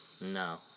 No